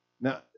Now